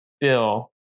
Bill